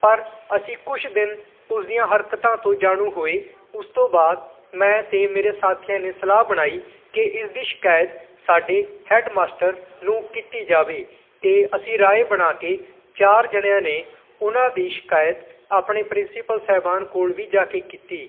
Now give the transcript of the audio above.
ਪਰ ਅਸੀਂ ਕੁਛ ਦਿਨ ਉਸ ਦੀਆਂ ਹਰਕਤਾਂ ਤੋਂ ਜਾਣੂ ਹੋਏ ਉਸ ਤੋਂ ਬਾਅਦ ਮੈਂ ਅਤੇ ਮੇਰੇ ਸਾਥੀਆਂ ਨੇ ਸਲਾਹ ਬਣਾਈ ਕਿ ਇਸ ਦੀ ਸ਼ਿਕਾਇਤ ਸਾਡੇ ਹੈੱਡਮਾਸਟਰ ਨੂੰ ਕੀਤੀ ਜਾਵੇ ਅਤੇ ਅਸੀਂ ਰਾਏ ਬਣਾ ਕੇ ਚਾਰ ਜਣਿਆਂ ਨੇ ਉਹਨਾਂ ਦੀ ਸ਼ਿਕਾਇਤ ਆਪਣੇ ਪ੍ਰਿੰਸੀਪਲ ਸਾਹਿਬਾਨ ਕੋਲ ਵੀ ਜਾ ਕੇ ਕੀਤੀ